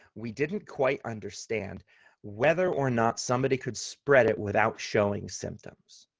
we didn't quite understand whether or not somebody could spread it without showing symptoms,